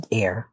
air